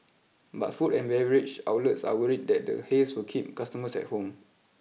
but food and beverage outlets are worried that the haze will keep customers at home